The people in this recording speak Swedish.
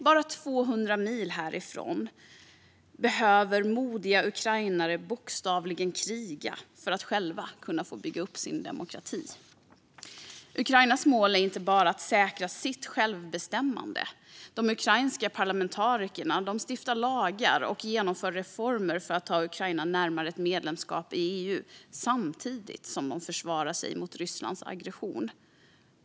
Bara 200 mil härifrån behöver modiga ukrainare bokstavligen kriga för att själva kunna få bygga upp sin demokrati. Ukrainas mål är inte bara att säkra sitt självbestämmande. De ukrainska parlamentarikerna stiftar lagar och genomför reformer för att ta Ukraina närmare ett medlemskap i EU samtidigt som de försvarar sig mot Rysslands aggression.